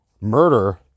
murder